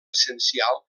essencial